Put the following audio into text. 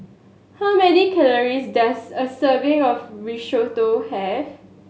how many calories does a serving of Risotto have